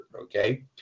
Okay